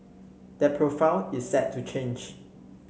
that profile is set to change